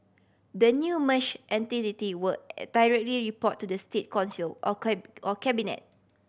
the new merge entity will directly report to the State Council or cabinet